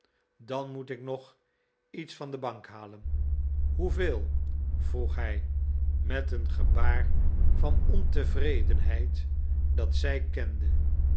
dan moet ik nog iets van de bank halen hoeveel vroeg hij met een gebaar van ontevredenheid dat zij kende